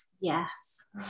yes